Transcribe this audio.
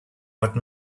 what